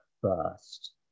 first